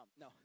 No